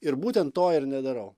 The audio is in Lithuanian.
ir būtent to ir nedarau